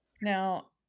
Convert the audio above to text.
Now